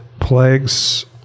plagues